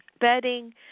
bedding